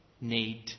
need